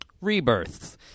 rebirths